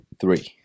three